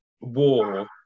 war